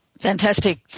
Fantastic